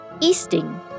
Easting